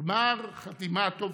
גמר חתימה טובה.